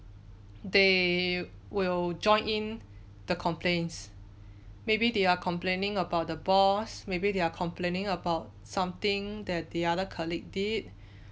they will join in the complaints maybe they are complaining about the boss maybe they're complaining about something that the other colleague did